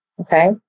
okay